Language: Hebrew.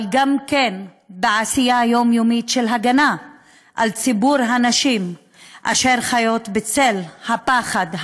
אבל גם לעשייה יומיומית של הגנה על ציבור הנשים אשר חיות בצל הפחד,